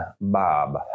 Bob